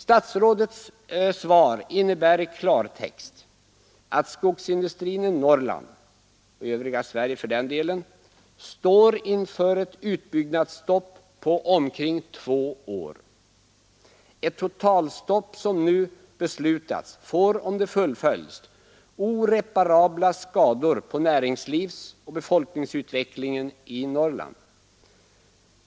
Statsrådets svar innebär i klartext att skogsindustrin i Norrland — och även i övriga Sverige för den delen — står inför ett utbyggnadsstopp på omkring två år. Ett totalstopp som nu beslutats får om det fullföljs oreparabla skador på näringslivsoch befolkningsutvecklingen i Norrland.